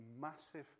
massive